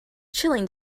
chilling